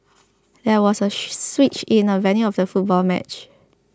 there was a she switch in the venue for the football match